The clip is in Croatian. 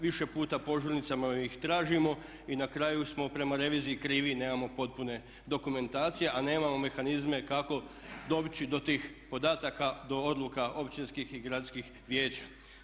Više puta požurnicama ih tražimo i na kraju smo prema reviziji krivi, nemamo potpuno dokumentacije, a nemamo mehanizme kako doći do tih podataka, do odluka općinskih i gradskih vijeća.